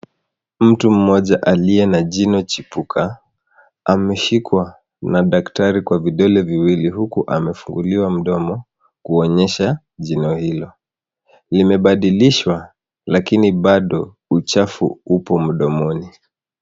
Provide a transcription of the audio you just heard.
Mtu mmoja aliye na jino chipuka ameshikwa na daktari kwa vidole viwili uku amefunguliwa mdomo kuonyesha jino hilo. Limebadilishwa lakini bado uchafu upo mdomoni.